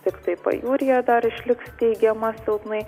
tiktai pajūryje dar išliks teigiamas silpnai